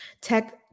tech